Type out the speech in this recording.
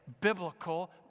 biblical